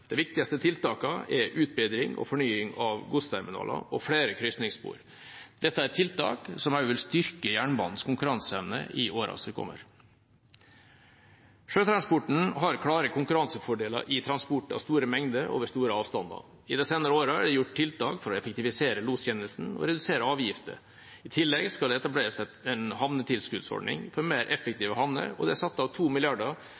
De viktigste tiltakene er utbedring og fornying av godsterminaler og flere krysningsspor. Dette er tiltak som også vil styrke jernbanens konkurranseevne i årene som kommer. Sjøtransporten har klare konkurransefordeler i transport av store mengder over store avstander. I de senere årene er det gjort tiltak for å effektivisere lostjenesten og redusere avgifter. I tillegg skal det etableres en havnetilskuddsordning for mer